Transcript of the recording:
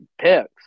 picks